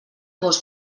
gos